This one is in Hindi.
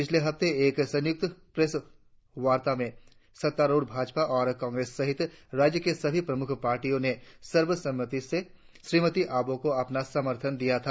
पिछले हफ्ते एक संयुक्त प्रेस वार्ता में सत्तारुढ़ भाजपा और कांग्रेस सहित राज्य की सभी प्रमुख पार्टियों ने सर्वसम्मति से श्रीमती अबोह को अपना समर्थन दिया था